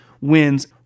wins